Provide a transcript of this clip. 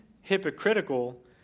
hypocritical